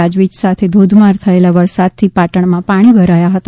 ગાજવીજ સાથે ધોધમાર થયેલા વરસાદથી પાટણમાં પાણી ભરાયા હતા